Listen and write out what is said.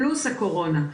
פלוס הקורונה,